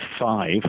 five